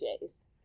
jays